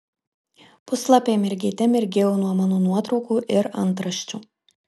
puslapiai mirgėte mirgėjo nuo mano nuotraukų ir antraščių